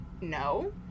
no